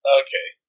okay